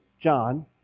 John